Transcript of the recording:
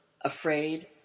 afraid